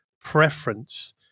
preference